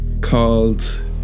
called